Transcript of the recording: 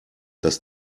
dass